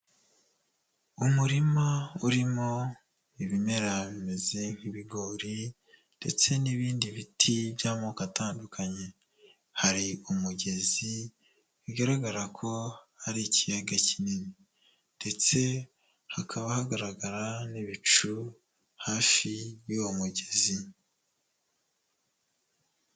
Umurima urimo ibimera bimeze nk'ibigori ndetse n'ibindi biti by'amoko atandukanye, hari umugezi bigaragara ko hari ikiyaga kinini ndetse hakaba hagaragara n'ibicu hafi y'uwo mugezi.